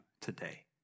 today